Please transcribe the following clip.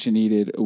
needed